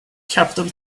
capital